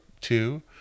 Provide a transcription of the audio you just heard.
two